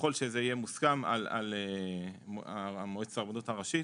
שככל שזה יהיה מוסכם על מועצת הרבנות הראשית,